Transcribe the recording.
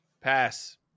Pass